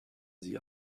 sie